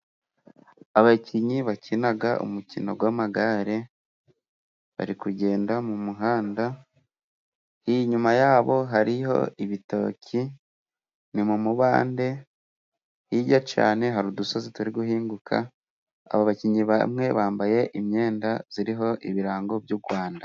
Abakinnyi bakina umukino w'amagare, bari kugenda mumuhanda. Inyuma yabo hariho ibitoki ni mumubande, hirya cyane hari udusozi turi guhinguka. Aba bakinnyi bamwe bambaye imyenda iriho ibirango by'u Rwanda.